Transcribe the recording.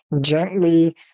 gently